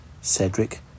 Cedric